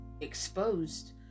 exposed